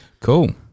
Cool